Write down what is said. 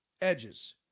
edges